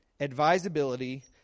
Advisability